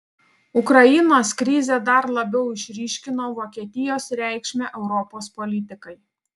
ukrainos krizė dar labiau išryškino vokietijos reikšmę europos politikai